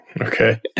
Okay